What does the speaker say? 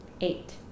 Eight